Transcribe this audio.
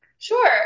sure